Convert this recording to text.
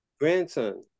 grandson